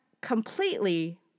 completely